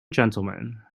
gentlemen